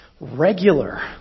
regular